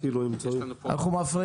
אני אגיד,